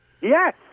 Yes